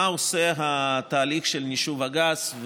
מה עושה התהליך של נישוב הגז,